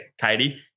Katie